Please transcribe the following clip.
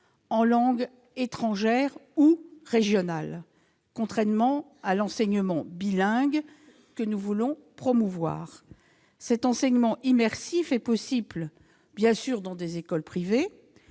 en langue étrangère ou régionale, contrairement à l'enseignement bilingue, que nous voulons promouvoir. Cet enseignement immersif est possible dans des écoles privées,